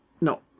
no